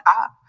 up